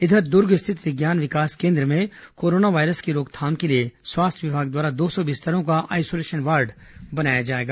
इधर दुर्ग स्थित विज्ञान विकास केन्द्र में कोरोना वायरस की रोकथाम के लिए स्वास्थ्य विभाग द्वारा दो सौ बिस्तरों का आइसोलेशन वार्ड बनाया जाएगा